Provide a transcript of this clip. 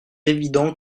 évident